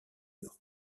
york